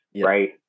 right